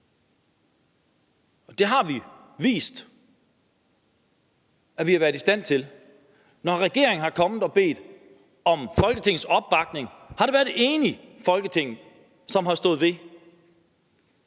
det har vi vist at vi har været i stand til. Når regeringen er kommet og har bedt om Folketingets opbakning, har det været et enigt Folketing, som har stået bag.